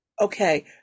Okay